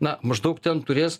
na maždaug ten turės